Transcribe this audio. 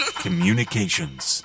Communications